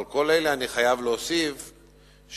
על כל אלה אני חייב להוסיף שהשר,